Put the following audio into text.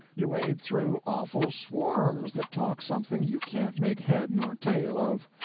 you wade through awful swarms that talk something you can't make head nor tail of.